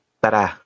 tara